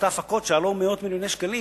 ועשתה הפקות שעלו מאות מיליוני שקלים.